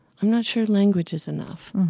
i'm not sure language is enough.